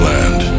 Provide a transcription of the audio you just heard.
Land